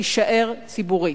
תישאר, ציבורית.